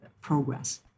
progress